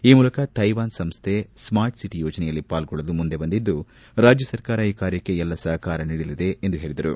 ಈ ಮೂಲಕ ಥೈವಾನ್ ಸಂಸ್ಥೆ ಸ್ಮಾರ್ಟ್ ಸಿಟಿ ಯೋಜನೆಯಲ್ಲಿ ಪಾಲ್ಗೊಳ್ಳಲು ಮುಂದೆ ಬಂದಿದ್ದು ರಾಜ್ಯ ಸರ್ಕಾರ ಈ ಕಾರ್ಯಕ್ಕೆ ಎಲ್ಲ ಸಹಕಾರ ನೀಡಲಿದೆ ಎಂದು ಹೇಳಿದರು